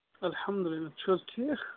الحمدُ اللہ تُہۍ چھُو حظ ٹھیٖک